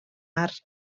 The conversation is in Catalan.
arcs